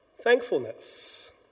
thankfulness